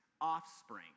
offspring